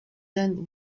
then